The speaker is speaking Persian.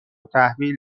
تحویل